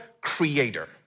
creator